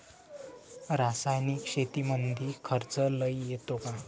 रासायनिक शेतीमंदी खर्च लई येतो का?